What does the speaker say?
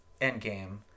Endgame